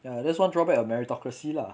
ya that's one drawback of meritocracy lah